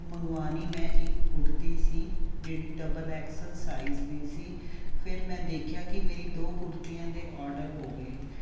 ਮੰਗਵਾਉਣੀ ਮੈਂ ਇੱਕ ਕੁੜਤੀ ਸੀ ਜਿਹੜੀ ਡਬਲ ਐਕਸ ਐਲ ਸਾਈਜ਼ ਦੀ ਸੀ ਫਿਰ ਮੈਂ ਦੇਖਿਆ ਕਿ ਮੇਰੀਆਂ ਦੋ ਕੁੜਤੀਆਂ ਦੇ ਓਡਰ ਹੋ ਗਏ